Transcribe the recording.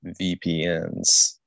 VPNs